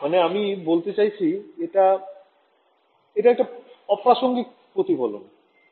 মানে আমি বলতে চাইছি এটা এটা একটা অপ্রাসঙ্গিক প্রতিফলন